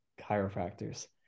chiropractors